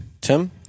Tim